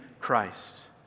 Christ